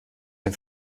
den